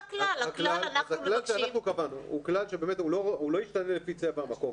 אז הכלל שאנחנו קבענו הוא כלל שבאמת הוא לא ישתנה לפי צבע המקום,